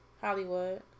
Hollywood